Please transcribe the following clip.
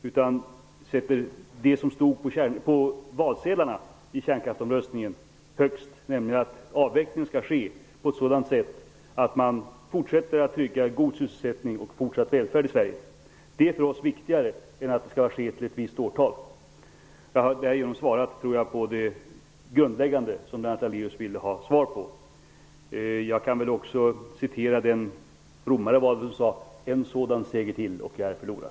Vi sätter det som stod på valsedlarna i kärnkraftsomröstningen högst, nämligen att avvecklingen skall ske på ett sådant sätt att man fortsätter att trygga god sysselsättning och fortsatt välfärd i Sverige. Det är för oss viktigare än att det skall ske till ett visst årtal. Jag tror därigenom att jag har svarat på det grundläggande av det Lennart Daléus ville ha svar på. Jag kan väl också citera den romare som sade följande: En sådan seger till och jag är förlorad.